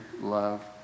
love